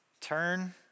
Turn